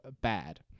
bad